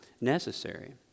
necessary